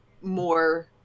more